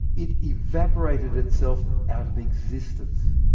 it evaporated itself out of existence.